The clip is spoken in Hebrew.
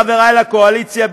חבריי לקואליציה,